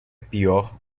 pior